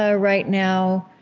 ah right now,